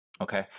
Okay